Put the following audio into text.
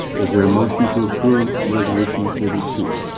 is there a motion to approve resolution thirty two?